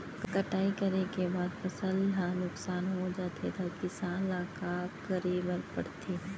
कटाई करे के बाद फसल ह नुकसान हो जाथे त किसान ल का करे बर पढ़थे?